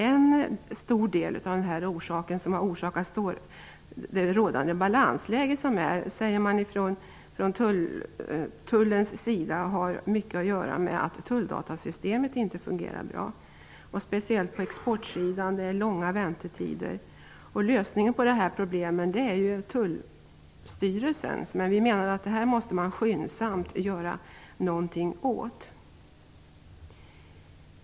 En stor del av orsaken till det rådande balansläget säger man från tullens sida har att göra med att tulldatasystemet inte fungerar bra. Speciellt på exportsidan är det långa väntetider. Lösningen på de här problemen är Generaltullstyrelsens sak. Men vi menar att man skyndsamt måste göra någonting åt det här.